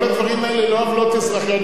כל הדברים האלה הם לא עוולות אזרחיות.